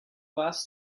last